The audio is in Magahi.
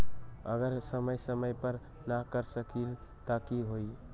अगर समय समय पर न कर सकील त कि हुई?